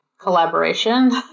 collaboration